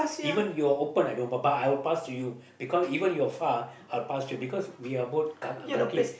even you're open I don't want bye bye I will pass to you because even you're far ah I'll pass you because we're both uh ka~ kaki